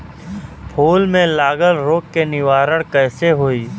फूल में लागल रोग के निवारण कैसे होयी?